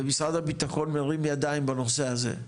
ומשרד הביטחון מרים ידיים בנושא הזה.